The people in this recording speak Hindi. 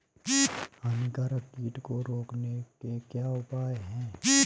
हानिकारक कीट को रोकने के क्या उपाय हैं?